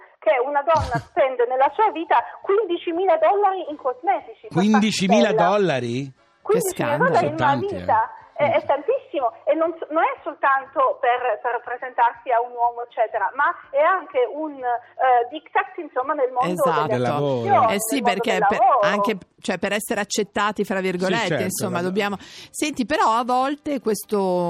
che una donna spende nella sua vita 15.000 dollari in cosmetici per farsi 15.000 bella. dollari? Che 15.000 dollari scandalo. in una Tanti, eh. vita è- è tantissimo e non so- non è soltanto per- per presentarsi a un uomo, eccetera, ma è anche un, eh, diktat, insomma, nel mondo Esatto. delle Del lavoro. azioni, Eh nel sì, mondo perché del per- lavoro. anche, cioè, per essere accettati, fra Sì, virgolette, certo, insomma, vabbè. dobbiamo- Senti, però, a volte questo-